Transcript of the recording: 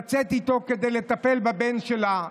לצאת כדי לטפל בבן שלה.